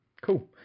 Cool